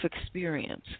experience